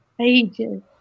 ages